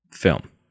film